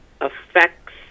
affects